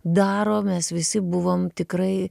daro mes visi buvom tikrai